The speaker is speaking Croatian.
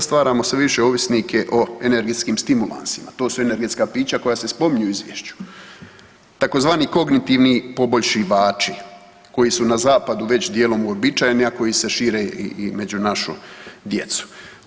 Stvaramo sve više ovisnike o energetskim stimulansima, to su energetska pića koja se spominju u Izvješću, tzv. kognitivni poboljšivači koji su na zapadu već dijelom uobičajene, a koje se šire i među našom djecom.